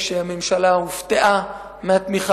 חלק אומרים שהממשלה הופתעה מהתמיכה